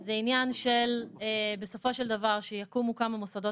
זה עניין של בסופו של דבר שיקומו כמה מוסדות